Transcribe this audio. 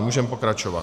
Můžeme pokračovat.